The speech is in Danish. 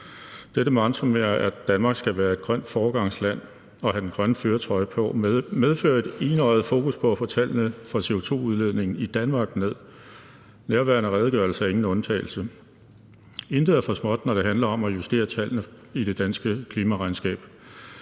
Dette mantra med, at Danmark skal være et grønt foregangsland og have den grønne førertrøje på, medfører et enøjet fokus på at få tallene for CO2-udledningen i Danmark ned. Nærværende redegørelse er ingen undtagelse: Intet er for småt, når det handler om at justere tallene i det danske klimaregnskab.